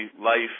life